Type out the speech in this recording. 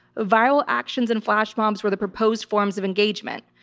viral actions and flash mobs where the proposed forms of engagement,